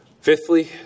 Fifthly